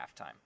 halftime